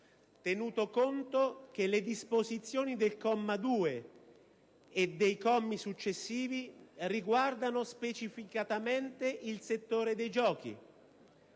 tenuto conto che le disposizioni del comma 2 e dei commi successivi riguardano specificatamente il settore dei giochi.